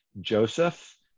Joseph